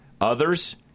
Others